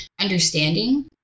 understanding